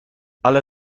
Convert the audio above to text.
ale